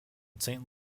saint